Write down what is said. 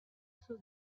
saw